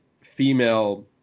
female